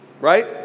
right